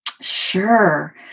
Sure